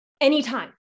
anytime